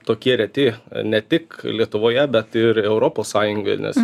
tokie reti ne tik lietuvoje bet ir europos sąjungoje nes